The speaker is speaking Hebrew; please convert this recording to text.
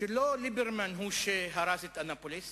שלא ליברמן הוא שהרס את אנאפוליס